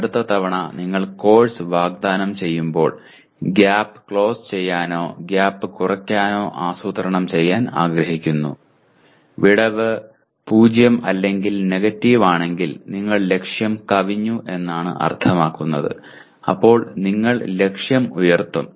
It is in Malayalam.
അടുത്ത തവണ നിങ്ങൾ കോഴ്സ് വാഗ്ദാനം ചെയ്യുമ്പോൾ ഗ്യാപ് ക്ലോസ് ചെയ്യാനോ ഗ്യാപ് കുറയ്ക്കാനോ ആസൂത്രണം ചെയ്യാൻ ആഗ്രഹിക്കുന്നു വിടവ് 0 അല്ലെങ്കിൽ നെഗറ്റീവ് ആണെങ്കിൽ നിങ്ങൾ ലക്ഷ്യം കവിഞ്ഞു എന്നാണ് അർത്ഥമാക്കുന്നത് അപ്പോൾ നിങ്ങൾ ലക്ഷ്യം ഉയർത്തും